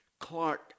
Clark